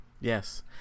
yes